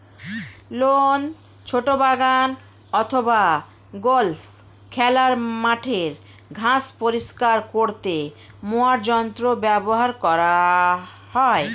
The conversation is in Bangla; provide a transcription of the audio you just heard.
লন, ছোট বাগান অথবা গল্ফ খেলার মাঠের ঘাস পরিষ্কার করতে মোয়ার যন্ত্র ব্যবহার করা হয়